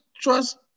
trust